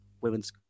women's